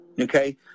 okay